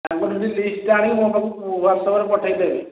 ତାଙ୍କଠୁ ଲିଷ୍ଟ୍ଟା ଆଣିକି ମୋ ପାଖକୁ ହ୍ଵାଟ୍ସପ୍ରେ ପଠାଇଦେବେ